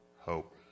hope